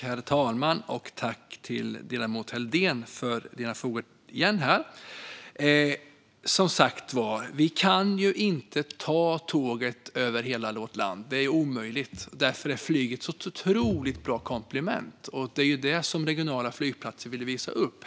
Herr talman! Jag tackar ledamoten Daniel Helldén igen för ytterligare frågor. Som sagt kan vi inte ta tåget över hela vårt land. Det är omöjligt. Därför är flyget ett otroligt bra komplement. Det är det som regionala flygplatser vill visa upp.